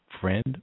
friend